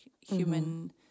human